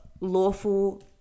lawful